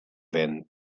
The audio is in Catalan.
vent